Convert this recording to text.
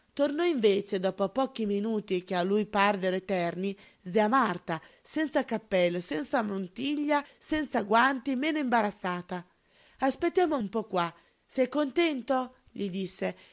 tornò invece dopo pochi minuti che a lui parvero eterni zia marta senza cappello senza mantiglia senza guanti meno imbarazzata aspettiamo un po qua sei contento gli disse